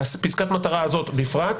ופסקת המטרה הזאת בפרט,